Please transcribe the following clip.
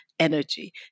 Energy